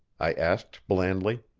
i asked blandly.